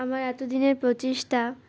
আমার এত দিনের প্রচেষ্টা